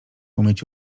umieć